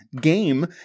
game